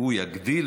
הוא יגדיל